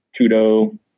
Kudo